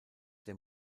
der